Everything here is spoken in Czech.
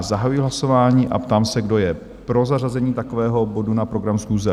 Zahajuji hlasování a ptám se, kdo je pro zařazení takového bodu na program schůze?